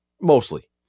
mostly